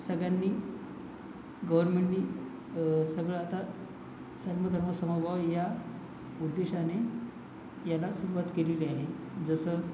सगळ्यांनी गवरमेंटनी सगळं आता सर्मधर्मसमभाव या उद्देशाने याला सुरवात केलेली आहे जसं